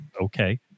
okay